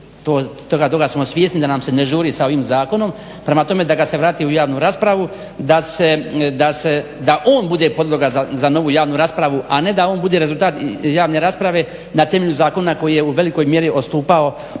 žuri, toga smo svjesni da nam se ne žuri sa ovim zakonom, prema tome da ga se vrati u javnu raspravu da on bude podloga za novu javnu raspravu a ne da on bude rezultat javne rasprave na temelju zakona koji je u velikoj mjeri odstupao